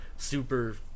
super